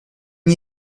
n’y